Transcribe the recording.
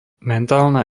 mentálna